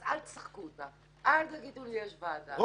אז אל תשחקו אותה, אל תגידו שיש ועדה, זה משחק.